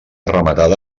rematada